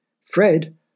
Fred